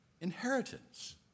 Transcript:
inheritance